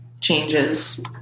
changes